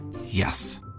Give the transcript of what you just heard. Yes